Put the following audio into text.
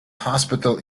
hospital